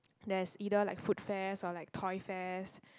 there is either like food fairs or like toy fairs